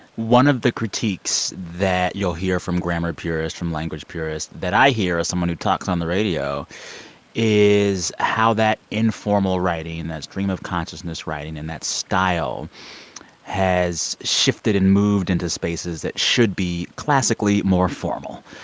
one of the critiques that you'll hear from grammar purists, from language purists that i hear as someone who talks on the radio is how that informal writing, that stream of consciousness writing and that style has shifted and moved into spaces that should be classically more formal.